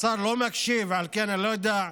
השר לא מקשיב, על כן אני לא יודע,